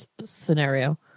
scenario